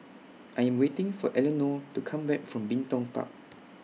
I Am waiting For Elenore to Come Back from Bin Tong Park